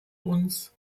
uns